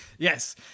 Yes